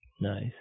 Nice